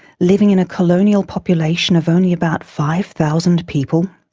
living in a colonial population of only about five thousand people?